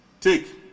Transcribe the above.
Take